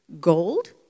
gold